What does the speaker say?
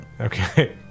Okay